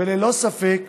ללא ספק,